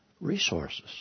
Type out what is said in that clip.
resources